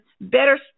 better